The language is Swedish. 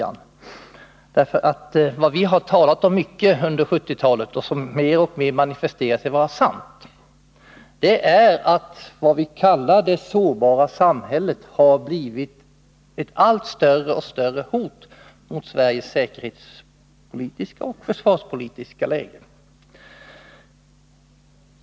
Vad vi nämligen har talat mycket om under 1970-talet och som mer och mer har visat sig vara sant, det är att det som vi kallar ”det sårbara samhället” har blivit ett allt större hot mot Sveriges säkerhetspolitiska och försvarspolitiska läge.